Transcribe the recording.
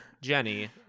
Jenny